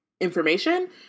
information